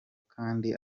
kandi